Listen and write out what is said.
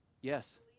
Yes